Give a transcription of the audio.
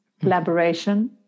collaboration